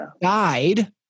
died